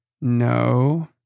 No